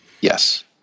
Yes